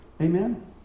Amen